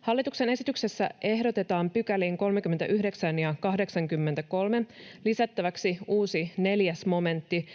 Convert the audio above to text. Hallituksen esityksessä ehdotetaan 39 ja 83 §:iin lisättäväksi uusi 4 momentti,